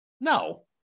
No